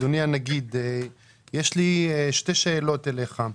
אדוני הנגיד, יש לי שתי שאלות אליך.